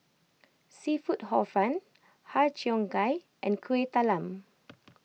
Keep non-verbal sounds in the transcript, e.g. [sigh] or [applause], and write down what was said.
Seafood Hor Fun Har Cheong Gai and Kueh Talam [noise]